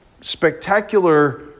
spectacular